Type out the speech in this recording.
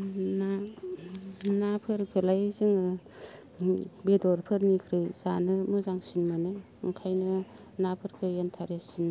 ना नाफोरखोलाय जोङो बेदरफोरनिख्रुइ जानो मोजांसिन मोनो ओंखायनो नाफोरखो इन्ट्रेस्टसिन